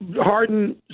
Harden